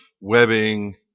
webbing